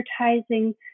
advertising